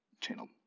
channel